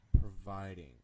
providing